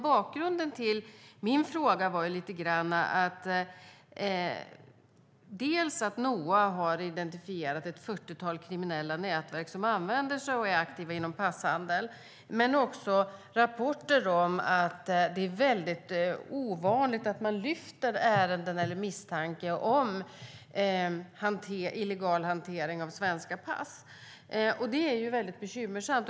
Bakgrunden till min fråga är dels att NOA har identifierat ett fyrtiotal kriminella nätverk som är aktiva inom passhandel, dels rapporter om att det är väldigt ovanligt att ärenden behandlas om misstanke om illegal hantering av svenska pass. Det är bekymmersamt.